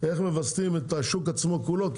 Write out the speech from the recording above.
איך מווסתים את השוק עצמו כולו,